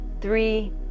three